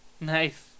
Nice